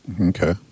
Okay